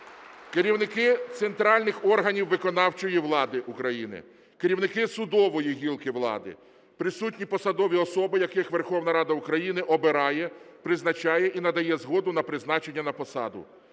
керівники центральних органів виконавчої влади України, керівники судової гілки влади. Присутні посадові особи, яких Верховна Рада України обирає, призначає і надає згоду на призначення на посаду,